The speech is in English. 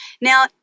Now